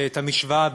את המשוואה,